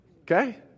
Okay